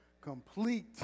complete